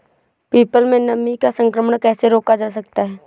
People में नीम का संकरण कैसे रोका जा सकता है?